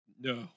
No